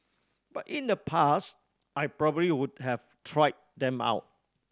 but in the past I probably would have tried them out